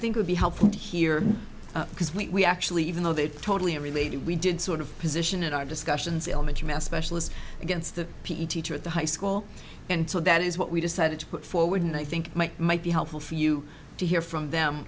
think would be helpful here because we actually even though they totally unrelated we did sort of position it our discussions ailment us specialist against the teacher at the high school and so that is what we decided to put forward and i think might be helpful for you to hear from them